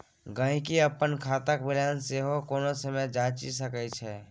गहिंकी अपन खातक बैलेंस सेहो कोनो समय जांचि सकैत छै